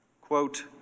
quote